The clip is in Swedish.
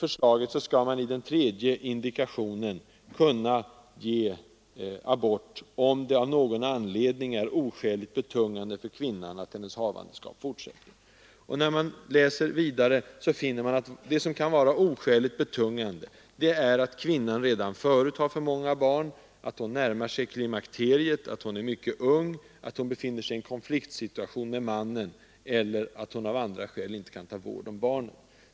Förslaget innebär att man enligt den tredje indikationen skall kunna ge abort om det av någon anledning är oskäligt betungande för kvinnan att hennes havandeskap fortsätter. När man läser vidare, finner man att det som kan vara oskäligt betungande är ”att kvinnan redan förut har många barn, att hon närmar sig klimakteriet, att hon är mycket ung, att hon befinner sig i konfliktsituation med mannen eller att hon av skilda skäl icke kan antas kunna ta vård om barnet”.